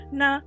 na